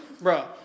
Bro